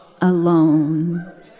alone